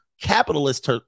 capitalist